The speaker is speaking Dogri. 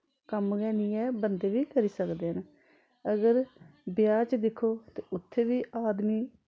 कम्म गै निं ऐ बंदे बी करी सकदे न अगर ब्याह् च दिक्खो ते उत्थै बी आदमी